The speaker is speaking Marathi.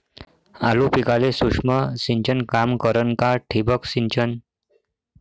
आलू पिकाले सूक्ष्म सिंचन काम करन का ठिबक सिंचन?